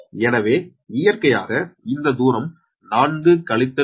எனவே இயற்கையாக இந்த தூரம் 4 கழித்தல் 0